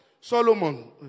Solomon